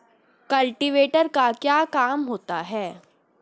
Cultivator का क्या काम होता है?